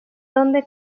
donde